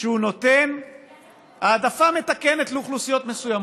שהוא נותן העדפה מתקנת לאוכלוסיות מסוימות.